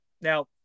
Now